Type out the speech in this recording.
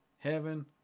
heaven